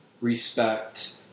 respect